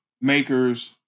makers